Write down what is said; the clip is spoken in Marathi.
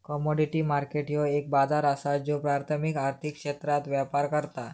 कमोडिटी मार्केट ह्यो एक बाजार असा ज्यो प्राथमिक आर्थिक क्षेत्रात व्यापार करता